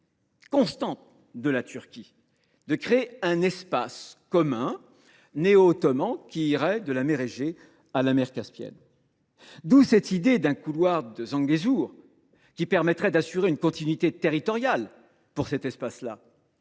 constant de la Turquie, d’un espace commun néo ottoman, qui irait de la mer Égée à la mer Caspienne. D’où cette idée d’un couloir de Zanguezour, qui permettrait d’assurer une continuité territoriale pour cet espace.